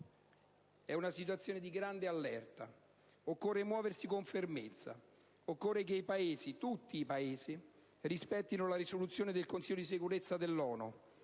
è una situazione di grande allerta. Occorre muoversi con fermezza. Occorre che tutti i Paesi rispettino la risoluzione del Consiglio di sicurezza dell'ONU